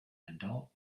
adult